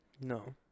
No